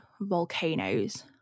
volcanoes